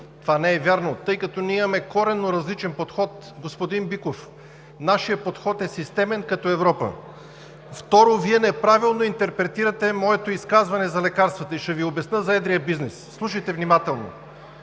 Това не е вярно, тъй като ние имаме коренно различен подход, господин Биков. Нашият подход е системен, като Европа. Второ, Вие неправилно интерпретирате моето изказване за лекарствата. И ще Ви обясня за едрия бизнес, слушайте внимателно!